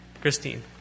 Christine